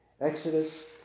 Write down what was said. Exodus